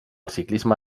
ciclisme